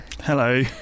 Hello